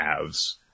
halves